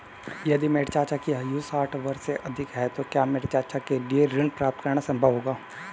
यदि मेरे चाचा की आयु साठ वर्ष से अधिक है तो क्या मेरे चाचा के लिए ऋण प्राप्त करना संभव होगा?